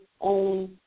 own